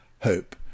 hope